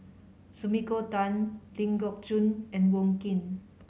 Sumiko Tan Ling Geok Choon and Wong Keen